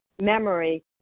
memory